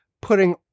putting